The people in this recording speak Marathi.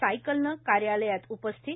सायकलनं कार्यालयात उपस्थित